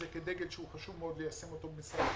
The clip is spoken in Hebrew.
זה כדגל שחשוב מאוד ליישם במשרד המבקר,